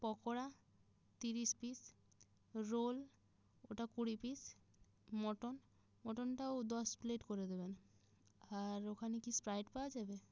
পকোড়া তিরিশ piece roll ওটা কুড়ি পিস মটন মটনটাও দশ প্লেট করে দেবেন আর ওখানে কি স্প্রাইট পাওয়া যাবে